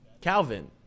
Calvin